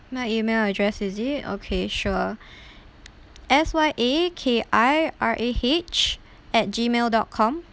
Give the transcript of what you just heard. my email address is it okay sure S Y A K I R A H at G mail dot com